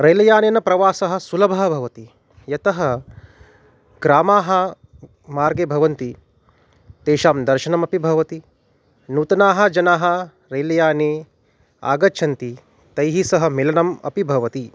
रेलयानेन प्रवासः सुलभः भवति यतः ग्रामाः मार्गे भवन्ति तेषां दर्शनमपि भवति नूतनाः जनाः रेलयानेन आगच्छन्ति तैः सह मिलनम् अपि भवति